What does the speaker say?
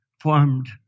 formed